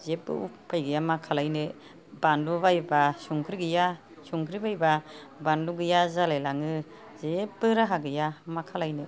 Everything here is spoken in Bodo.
जेबो उफाय गैया मा खालायनो बानलु बायबा संख्रि गैया संख्रि बायबा बानलु गैया जालायलाङो जेबो राहा गैया मा खालायनो